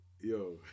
Yo